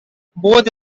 both